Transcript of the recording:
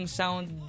sound